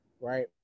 right